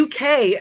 UK